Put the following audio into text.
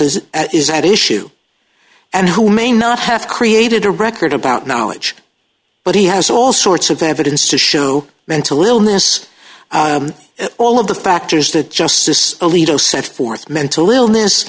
at is at issue and who may not have created a record about knowledge but he has all sorts of evidence to show mental illness all of the factors that justice alito set forth mental illness